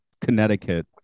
Connecticut